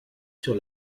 sur